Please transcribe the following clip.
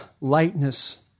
lightness